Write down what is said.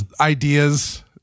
Ideas